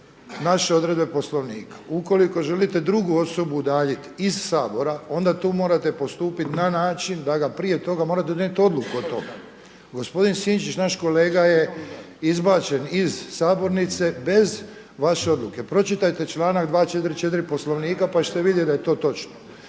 naše odredbe Poslovnika. Ukoliko želite drugu osobu udaljiti iz Sabora onda tu morate postupiti na način da ga prije toga, morate donijeti odluku o tome. Gospodin Sinčić naš kolega je izbačen iz sabornice bez vaše odluke. Pročitajte članak 244. Poslovnika pa ćete vidjeti da je to točno.